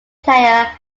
player